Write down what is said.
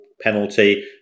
penalty